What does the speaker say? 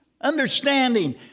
understanding